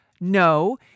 No